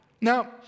Now